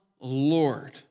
Lord